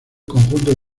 conjunto